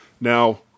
Now